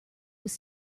was